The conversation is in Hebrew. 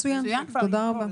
מצוין, תודה רבה.